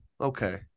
okay